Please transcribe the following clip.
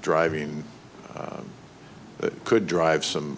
driving could drive some